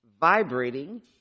vibrating